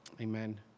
Amen